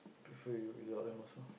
prefer you without them also